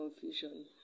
confusion